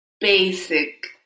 basic